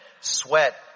sweat